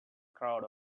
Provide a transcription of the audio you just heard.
crowd